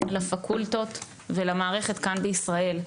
לפקולטות ולמערכת כאן בישראל.